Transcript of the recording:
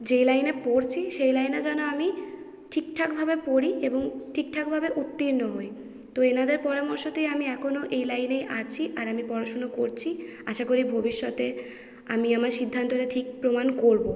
যে লাইনে পড়ছি সেই লাইনে যেন আমি ঠিকঠাকভাবে পড়ি এবং ঠিকঠাকভাবে উত্তীর্ণ হই তো এঁদের পরামর্শতেই আমি এখনও এই লাইনেই আছি আর আমি পড়াশুনো করছি আশা করি ভবিষ্যতে আমি আমার সিদ্ধান্তটা ঠিক প্রমাণ করব